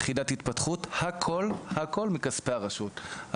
יחידת התפתחות והכל מכספי הרשות.